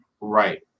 Right